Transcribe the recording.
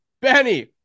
Benny